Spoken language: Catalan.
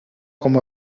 com